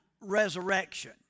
resurrection